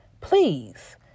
please